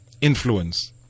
influence